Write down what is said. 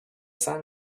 sun